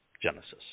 Genesis